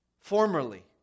Formerly